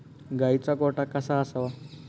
गाईचा गोठा कसा असावा?